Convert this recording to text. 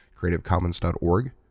Creativecommons.org